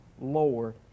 Lord